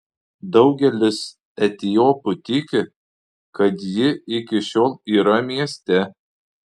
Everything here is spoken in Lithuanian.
daugelis etiopų tiki kad ji iki šiol yra mieste